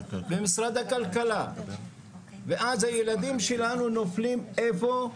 במשרד הכלכלה, ואז הילדים שלנו נופלים איפה?